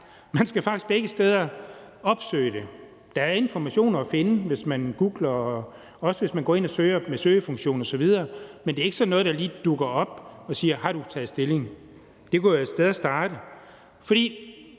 man skal faktisk begge steder opsøge det. Der er informationer at finde, hvis man googler, og også, hvis man går ind og søger med søgefunktionen osv., men det er ikke sådan noget, der lige dukker op og spørger en, om man har taget stilling. Det kunne være et sted at starte. For